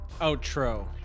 outro